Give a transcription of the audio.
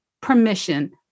permission